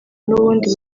n’ubundi